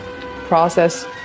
process